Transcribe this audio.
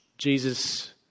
Jesus